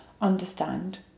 understand